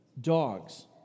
dogs